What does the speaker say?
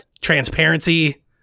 transparency